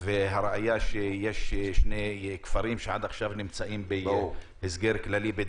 הראיה שיש שני כפרים עד עכשיו נמצאים בהסגר כללי,